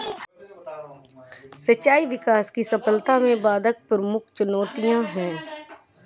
सिंचाई विकास की सफलता में बाधक प्रमुख चुनौतियाँ है